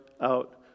out